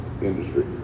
Industry